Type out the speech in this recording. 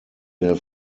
der